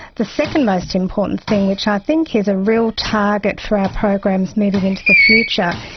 the second most important thing, which i think is a real target for our programs moving into the future,